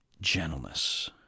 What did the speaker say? gentleness